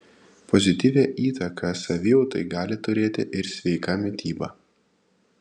pozityvią įtaką savijautai gali turėti ir sveika mityba